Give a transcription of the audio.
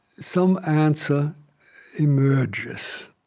some answer emerges